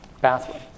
bathroom